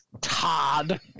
Todd